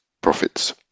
profits